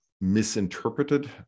misinterpreted